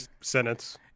sentence